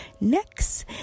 next